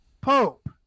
Pope